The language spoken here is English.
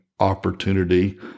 opportunity